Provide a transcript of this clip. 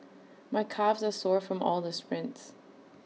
my calves are sore from all the sprints